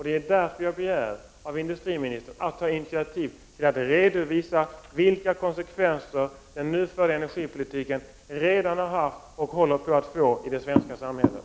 Det är därför jag begär av industriministern att han tar initiativ till att redovisa vilka konsekvenser den nu förda energipolitiken redan har haft och håller på att få i det svenska samhället.